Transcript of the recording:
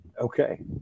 Okay